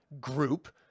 group